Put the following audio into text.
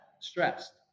stressed